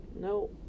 No